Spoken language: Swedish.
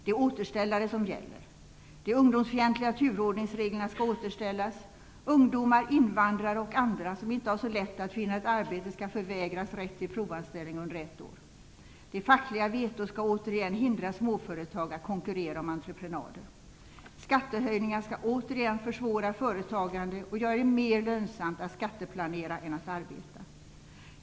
Det är återställare som gäller. De ungdomsfientliga turordningsreglerna skall återställas. Ungdomar, invandrare och andra som inte har så lätt att finna ett arbete skall förvägras rätt till provanställning under ett år. Det fackliga vetot skall återigen hindra småföretag att konkurrera om entreprenader. Skattehöjningar skall återigen försvåra företagande och göra det mer lönsamt att skatteplanera än att arbeta.